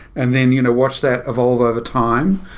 and then you know watch that evolve over time.